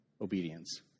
obedience